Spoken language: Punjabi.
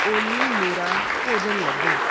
ਓਲੀ ਮੇਰਾ ਭੋਜਨ ਲੱਭੋ